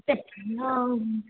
तें ना